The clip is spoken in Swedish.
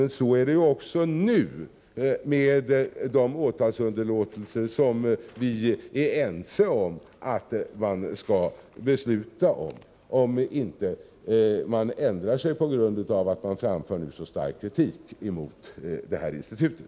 Men så är det ju också nu när det gäller de åtalsunderlåtelser som vi är ense om att vi skall fatta beslut om — om man inte ändrar sig på grund av den starka kritiken emot det här institutet.